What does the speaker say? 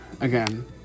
Again